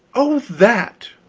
oh, that?